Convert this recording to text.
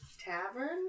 tavern